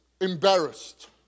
embarrassed